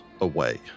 away